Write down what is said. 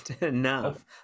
enough